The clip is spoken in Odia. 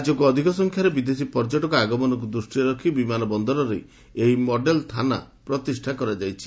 ରାଜ୍ୟକୁ ଅଧିକ ସଂଖ୍ୟାରେ ବିଦେଶୀ ପର୍ଯ୍ୟଟକଙ୍କ ଆଗମନକୁ ଦୃଷ୍କିରେ ରଖି ବିମାନ ବନ୍ଦରରେ ଏହି ମଡେଲ ଥାନା ପ୍ରତିଷା କରାଯାଇଛି